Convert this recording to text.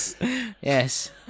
Yes